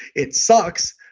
it sucks,